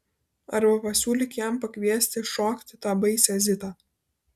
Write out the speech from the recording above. arba pasiūlyk jam pakviesti šokti tą baisią zitą